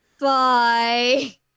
Bye